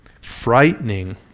frightening